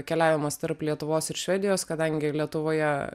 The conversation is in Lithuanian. keliavimas tarp lietuvos ir švedijos kadangi lietuvoje